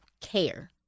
care